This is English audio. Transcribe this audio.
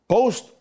Post